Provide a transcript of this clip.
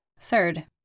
Third